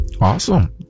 Awesome